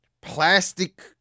plastic